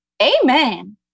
Amen